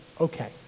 Okay